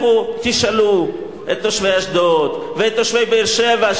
לכו תשאלו את תושבי אשדוד ואת תושבי באר-שבע,